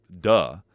duh